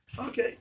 okay